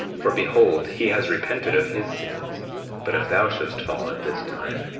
for behold, he has repented of his sins but if thou shouldst fall at this time,